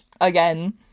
again